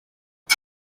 aba